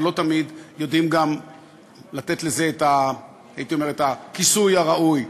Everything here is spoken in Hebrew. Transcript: אבל לא תמיד יודעים לתת לזה את הכיסוי הראוי,